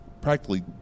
practically